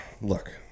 look